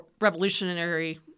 revolutionary